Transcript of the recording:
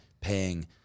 paying